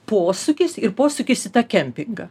posūkis ir posūkis į tą kempingą